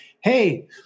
Hey